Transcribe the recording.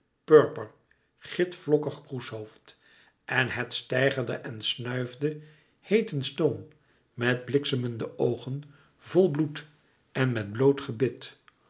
purper gitvlokkige kroeshoofd en het steigerde en snuifde heeten stoom met bliksemende oogen vol bloed en met bloot gebit